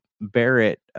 Barrett